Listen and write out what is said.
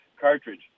cartridge